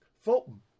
Fulton